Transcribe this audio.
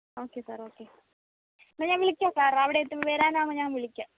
okay sir okay ഞാൻ വിളിക്കാം sir അവിടെ വരാൻ ആകുമ്പോൾ ഞാൻ വിളിക്കാം